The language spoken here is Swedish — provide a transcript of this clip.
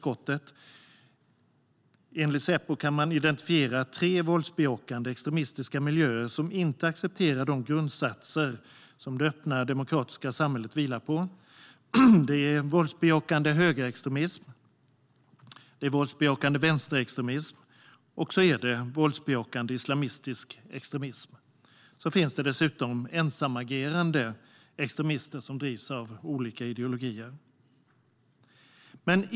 Enligt Säpo kan man identifiera tre våldsbejakande extremistiska miljöer som inte accepterar de grundsatser som det öppna demokratiska samhället vilar på. Det är våldsbejakande högerextremism, våldsbejakande vänsterextremism och våldsbejakande islamistisk extremism. Dessutom finns det ensamagerande extremister som drivs av olika ideologier.